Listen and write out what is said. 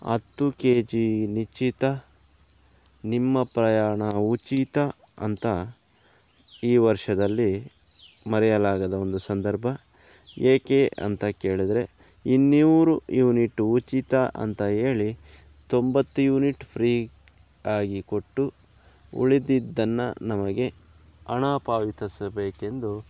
ಹತ್ತು K G ನಿಶ್ಚಿತ ನಿಮ್ಮ ಪ್ರಯಾಣ ಉಚಿತ ಅಂತ ಈ ವರ್ಷದಲ್ಲಿ ಮರೆಯಲಾಗದ ಒಂದು ಸಂದರ್ಭ ಏಕೆ ಅಂತ ಕೇಳಿದ್ರೆ ಇನ್ನೂರು ಯೂನಿಟ್ ಉಚಿತ ಅಂತ ಹೇಳಿ ತೊಂಬತ್ತು ಯೂನಿಟ್ ಫ್ರೀ ಆಗಿ ಕೊಟ್ಟು ಉಳಿದಿದ್ದನ್ನು ನಮಗೆ ಹಣ ಪಾವತಿಸಬೇಕೆಂದು